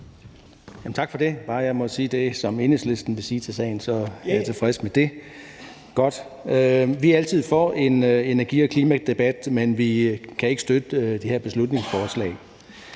Tak for det. Bare jeg må sige det, som Enhedslisten vil sige til sagen, er jeg tilfreds med det. Godt. Vi er altid for en energi- og klimadebat, men vi kan ikke støtte det her beslutningsforslag.